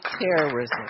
terrorism